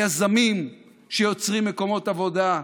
היזמים שיוצרים מקומות עבודה,